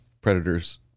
Predators